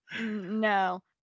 No